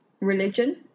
religion